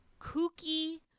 kooky